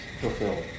fulfilled